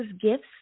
gifts